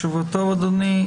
שבוע טוב אדוני.